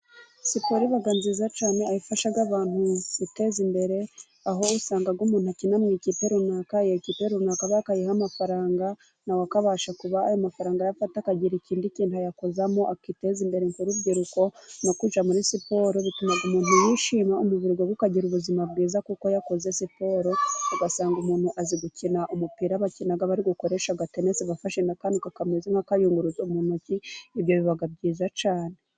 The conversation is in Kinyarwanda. Siporo iba nziza cyane aho ifasha abantu kwiteza imbere, aho usanga umuntu akina mu ikipe runaka, iyo kipe runaka bakayiha amafaranga, na we akabasha kuba ayo mafaranga yayafata akagira ikindi kintu ayakozamo akiteza imbere ,nk'urubyiruko no kujya muri siporo bituma umuntu yishima umubiri we ukagira ubuzima bwiza kuko yakoze siporo ,ugasanga umuntu azi gukina umupira bakina bari gukoresha agatenesi, bafashe n'akantu kameze nk'akayunguruzo mu ntoki ibyo biba byiza cyane.